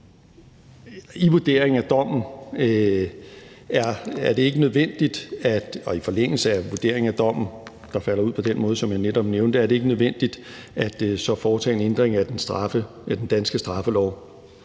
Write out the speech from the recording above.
i forlængelse af vurderingen af dommen, der faldt ud på den måde, som jeg netop nævnte, er det ikke nødvendigt at foretage en ændring af den danske straffelov.